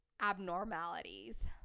abnormalities